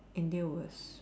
India was